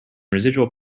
residual